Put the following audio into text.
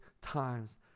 times